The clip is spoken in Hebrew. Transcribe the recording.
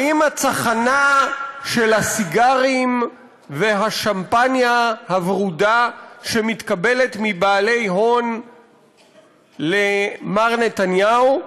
האם הצחנה של הסיגרים והשמפניה הוורודה שנותנים בעלי הון למר נתניהו,